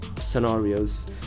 scenarios